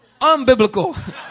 Unbiblical